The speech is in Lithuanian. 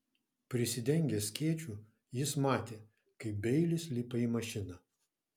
prisidengęs skėčiu jis matė kaip beilis lipa į mašiną